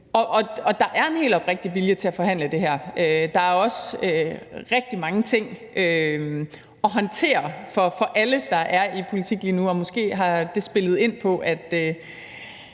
Der er en helt oprigtig vilje til at forhandle det her. Der er også rigtig mange ting at håndtere for alle, der er i politik lige nu, og måske har det spillet ind, med